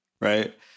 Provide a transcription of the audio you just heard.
right